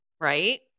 right